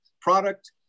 product